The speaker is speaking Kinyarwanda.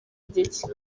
gicye